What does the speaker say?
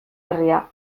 herria